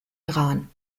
iran